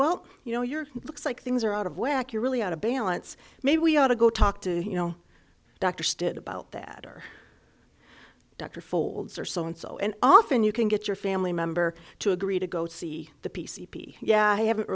quell you know your looks like things are out of whack you're really out of balance maybe we ought to go talk to you know dr sted about that or dr folds or so on so and often you can get your family member to agree to go see the p c p yeah i haven't